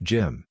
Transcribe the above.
Jim